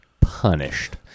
punished